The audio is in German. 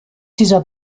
dieser